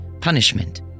punishment